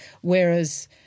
Whereas